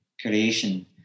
creation